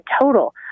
total